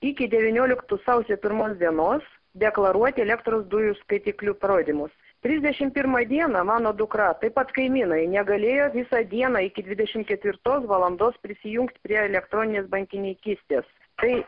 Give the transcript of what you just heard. iki devynioliktų sausio pirmos dienos deklaruoti elektros dujų skaitiklių parodymus trisdešim pirmą dieną mano dukra taip pat kaimynai negalėjo visą dieną iki dvidešim ketvirtos valandos prisijungt prie elektroninės bankininkystės tai